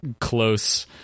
close